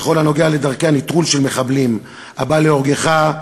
בכל הקשור לדרכי הנטרול של מחבלים: הבא להורגך,